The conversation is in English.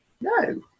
No